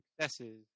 successes